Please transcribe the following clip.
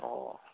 ꯑꯣ